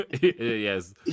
Yes